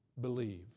believe